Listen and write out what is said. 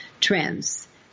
trends